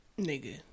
Nigga